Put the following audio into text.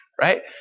right